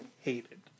hated